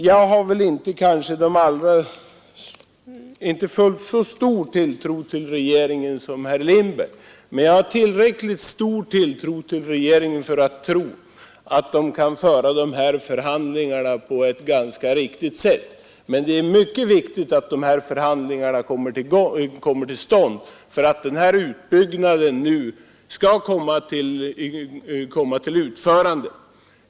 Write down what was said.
Jag har kanske inte fullt så stor tilltro till regeringen som herr Lindberg, men min tilltro till regeringen är tillräckligt stor för att jag hoppas att den kan föra dessa förhandlingar på ett ganska riktigt sätt. Det är mycket viktigt att förhandlingarna kommer till stånd, så att denna utbyggnad kan komma till utförande.